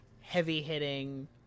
heavy-hitting